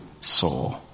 soul